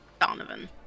Donovan